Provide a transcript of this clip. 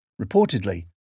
Reportedly